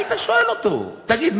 היית שואל אותו: תגיד,